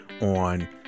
on